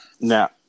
Now